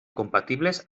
compatibles